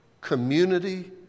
community